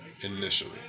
initially